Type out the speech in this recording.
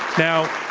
now,